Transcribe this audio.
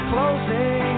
Closing